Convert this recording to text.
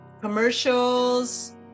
commercials